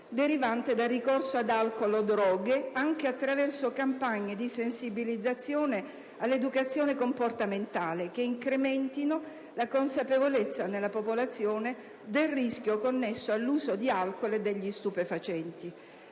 derivante dal ricorso ad alcol o droghe anche attraverso campagne di sensibilizzazione all'educazione comportamentale che incrementino la consapevolezza nella popolazione del rischio connesso all'uso di alcol e degli stupefacenti.